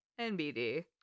NBD